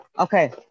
Okay